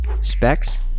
Specs